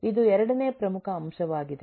ಇದು ಎರಡನೇ ಪ್ರಮುಖ ಅಂಶವಾಗಿದೆ